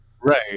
right